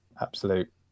absolute